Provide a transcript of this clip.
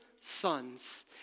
sons